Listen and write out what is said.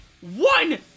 one